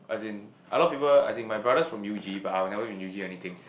as in a lot people as in my brother is from U_G but I will never in U_G anything